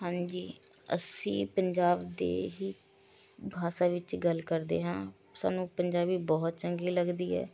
ਹਾਂਜੀ ਅਸੀਂ ਪੰਜਾਬ ਦੇ ਹੀ ਭਾਸ਼ਾ ਵਿੱਚ ਗੱਲ ਕਰਦੇ ਹਾਂ ਸਾਨੂੰ ਪੰਜਾਬੀ ਬਹੁਤ ਚੰਗੀ ਲੱਗਦੀ ਹੈ